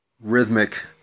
rhythmic